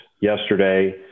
yesterday